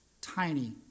tiny